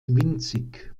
winzig